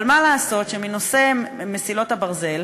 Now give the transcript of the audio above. אבל מה לעשות שנושא מסילות הברזל,